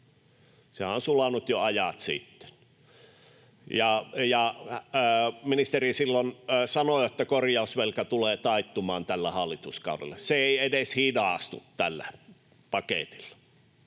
Sehän on sulanut jo ajat sitten. Ministeri silloin sanoi, että korjausvelka tulee taittumaan tällä hallituskaudella. Se ei edes hidastu tällä paketilla.